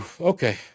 Okay